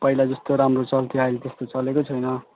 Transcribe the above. पहिला जस्तो राम्रो चल्थ्यो अहिले त्यस्तो चलेको छैन